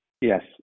Yes